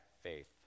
faith